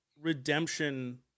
redemption